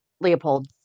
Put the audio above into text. Leopold